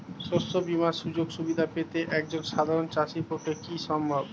শস্য বীমার সুযোগ সুবিধা পেতে একজন সাধারন চাষির পক্ষে কি সম্ভব?